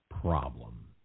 problem